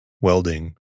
welding